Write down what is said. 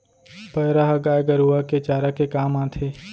पैरा ह गाय गरूवा के चारा के काम आथे